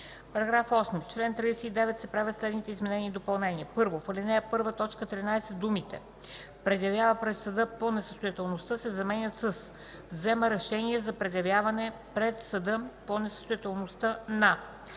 § 8: „§ 8. В чл. 39 се правят следните изменения и допълнения: 1. В ал. 1, т. 13 думите „предявява пред съда по несъстоятелността” се заменят с „взема решение за предявяване пред съда по несъстоятелността на”,